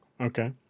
Okay